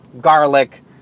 garlic